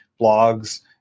blogs